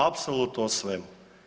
Apsolutno o svemu.